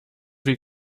viel